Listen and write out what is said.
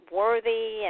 worthy